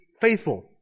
faithful